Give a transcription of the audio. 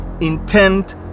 intent